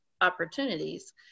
opportunities